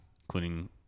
including